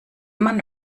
man